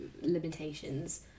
limitations